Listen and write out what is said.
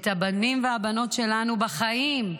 את הבנים והבנות שלנו בחיים,